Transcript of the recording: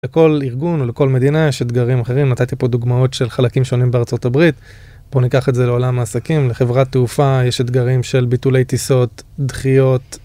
לכל ארגון ולכל מדינה יש אתגרים אחרים. נתתי פה דוגמאות של חלקים שונים בארצות הברית. בואו ניקח את זה לעולם העסקים. לחברת תעופה יש אתגרים של ביטולי טיסות, דחיות.